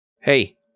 hey